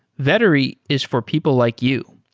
vettery is for people like you.